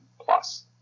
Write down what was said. Plus